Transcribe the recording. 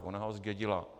Ona ho zdědila.